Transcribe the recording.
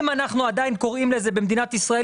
אם אנחנו עדיין קוראים לזה במדינת ישראל